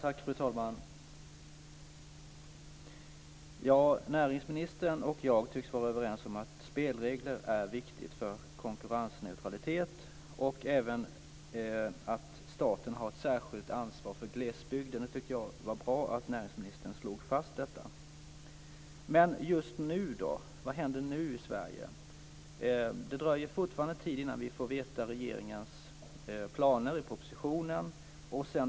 Fru talman! Näringsministern och jag tycks vara överens om att spelregler är viktiga för konkurrensneutralitet och även om att staten har ett särskilt ansvar för glesbygden. Jag tycker att det var bra att näringsministern slog fast detta. Men just nu då? Vad händer nu i Sverige? Det dröjer fortfarande en tid innan vi får veta regeringens planer i propositionen.